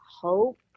hope